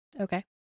Okay